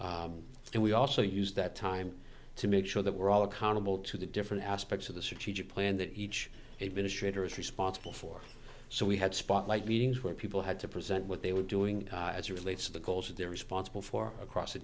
l and we also use that time to make sure that we're all accountable to the different aspects of the city to plan that each administrator is responsible for so we had spotlight meetings where people had to present what they were doing as relates to the goals that they're responsible for across the